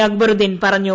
അക്ബറുദ്ദീൻ പറഞ്ഞു